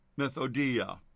Methodia